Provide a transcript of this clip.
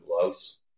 gloves